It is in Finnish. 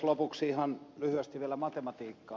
lopuksi ihan lyhyesti vielä matematiikkaa